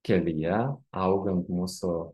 kelyje augant mūsų